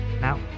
Now